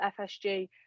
FSG